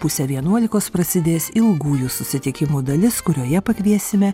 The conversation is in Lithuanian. pusę vienuolikos prasidės ilgųjų susitikimų dalis kurioje pakviesime